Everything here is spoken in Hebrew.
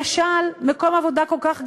למשל, מקום עבודה כל כך גדול,